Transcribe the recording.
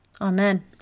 Amen